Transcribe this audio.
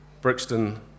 Brixton